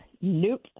Nope